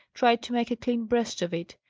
tried to make a clean breast of it,